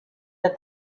but